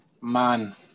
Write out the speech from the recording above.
man